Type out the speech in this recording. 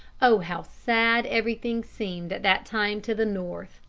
oh, how sad everything seemed at that time to the north,